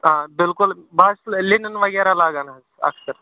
آ بِلکُل بہٕ حظ چھُس لِنِنو وَغیرہ لاگان حظ اَکثر